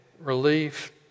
relief